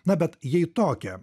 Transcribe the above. na bet jei tokią